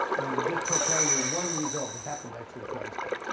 and just to tell you one result it happened actually twice, but